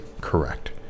correct